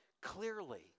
clearly